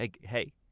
hey